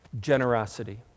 generosity